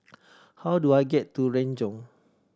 how do I get to Renjong